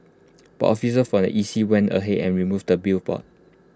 but officers from the E C went ahead and removed the billboard